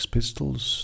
Pistols